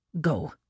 Go